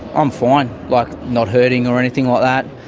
i'm fine. like, not hurting or anything like that.